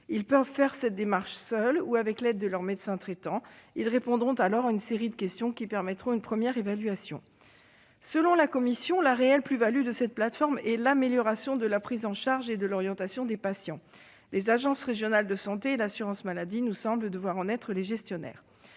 peuvent faire cette démarche seules, ou avec l'aide de leur médecin traitant. Elles répondront alors à une série de questions, qui permettront une première évaluation. Selon la commission, la véritable plus-value de cette plateforme, c'est l'amélioration de la prise en charge et de l'orientation des patients. Les agences régionales de santé (ARS) et l'assurance maladie nous semblent devoir en être les gestionnaires.